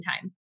time